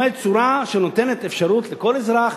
כלומר צורה שנותנת אפשרות לכל אזרח,